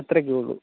അത്രയൊക്കെ ഉള്ളൂ